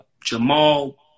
Jamal